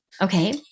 Okay